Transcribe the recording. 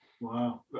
wow